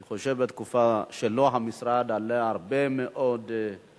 אני חושב שבתקופה שלו המשרד עלה מאוד גבוה,